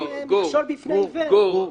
מכשול בפני עיוור.